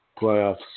playoffs